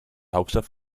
hauptstadt